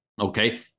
okay